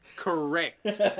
Correct